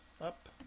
up